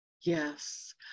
yes